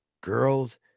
girls